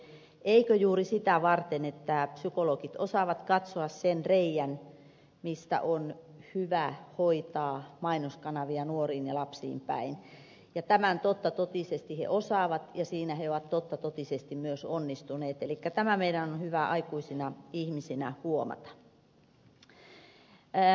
eikö juuri sitä varten että psykologit osaavat katsoa sen reiän mistä on hyvä hoitaa mainoskanavia nuoriin ja lapsiin päin ja tämän totta totisesti he osaavat ja siinä he ovat totta totisesti myös onnistuneet elikkä tämä meidän on hyvä aikuisina ihmisinä huomata